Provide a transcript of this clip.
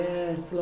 Yes